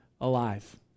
alive